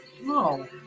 No